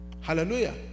Hallelujah